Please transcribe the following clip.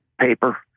paper